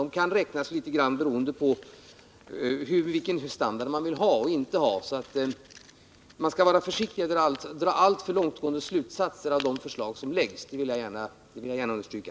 De kan räknas litet olika beroende på vilken standard man vill ha. Man skall alltså vara försiktig med att dra alltför långtgående slutsatser av de förslag som framläggs. Det vill jag gärna understryka.